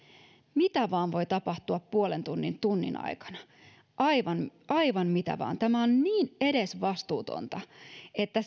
mitä vain voi tapahtua puolen tunnin tunnin aikana aivan aivan mitä vain tämä on niin edesvastuutonta että